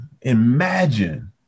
imagine